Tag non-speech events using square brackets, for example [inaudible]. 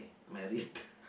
married [noise]